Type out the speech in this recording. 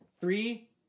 three